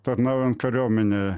tarnaujant kariuomenėj